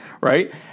right